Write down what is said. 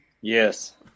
Yes